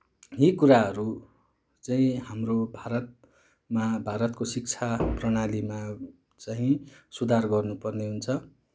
यी कुराहरू चाहिँ हाम्रो भारतमा भारतको शिक्षा प्रणालीमा चाहिँ सुधार गर्नुपर्ने हुन्छ